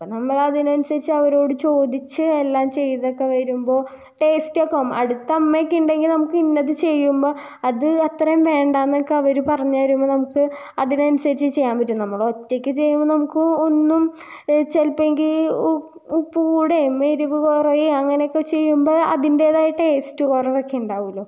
അപ്പം നമ്മൾ അതിനനുസരിച്ച് അവരോട് ചോദിച്ച് എല്ലാം ചെയ്തൊക്കെ വരുമ്പൊൾ ടെയ്സ്റ്റ് ആക്കും അടുത്ത് അയൊക്കെ ഉണ്ടെങ്കിൽ നമുക്ക് അത് ചെയ്യുമ്പം അത് അത്രയും വേണ്ട എന്നൊക്കെ അവർ പറഞ്ഞ് തരുമ്പോൾ നമുക്ക് അതിന് അനുസരിച്ച് ചെയ്യാൻ പറ്റും നമ്മൾ ഒറ്റയ്ക്ക് ചെയ്യുമ്പം നമുക്ക് ഒന്നും ചിലപ്പേങ്കി ഉപ്പ് കൂടുകയും എരിവ് കുറയും അങ്ങനൊക്കെ ചെയ്യുമ്പം അതിൻറ്റേതായ ടേയ്സ്റ്റ് കുറവൊക്കെ ഉണ്ടാവൂലോ